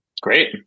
Great